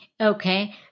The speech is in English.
Okay